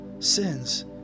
sins